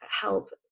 help